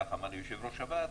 כך אמר לי יושב-ראש הוועדה,